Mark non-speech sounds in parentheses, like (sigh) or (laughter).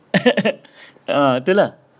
(laughs) ah itu lah